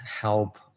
help